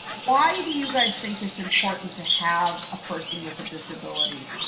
why do you guys think it's important to have a person with a disability